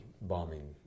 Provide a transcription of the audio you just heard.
bombing